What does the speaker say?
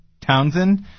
Townsend